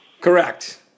Correct